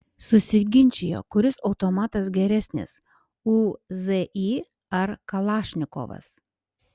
susiginčijo kuris automatas geresnis uzi ar kalašnikovas